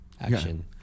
action